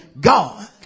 God